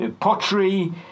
Pottery